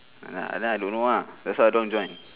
ya then I don't know lah that's why I don't join